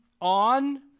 on